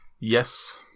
Yes